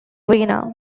vienna